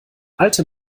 alte